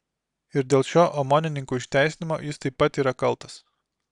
ir dėl šio omonininkų išteisinimo jis taip pat yra kaltas